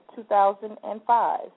2005